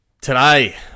Today